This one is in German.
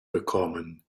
bekommen